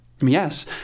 Yes